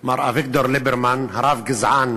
מר אביגדור ליברמן, הרב-גזען